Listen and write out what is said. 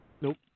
Nope